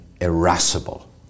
irascible